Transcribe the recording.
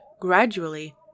gradually